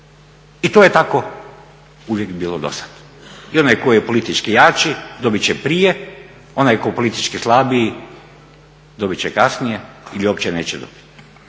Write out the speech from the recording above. I to je tako uvijek bilo do sad. I onaj tko je politički jači dobit će prije, onaj koji je politički slabiji dobit će kasnije ili uopće neće dobiti.